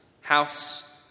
house